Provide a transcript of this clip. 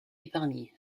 épargné